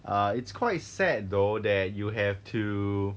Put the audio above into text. uh it's quite sad though that you have to